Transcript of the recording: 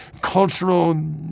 cultural